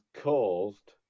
caused